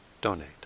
donate